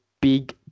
big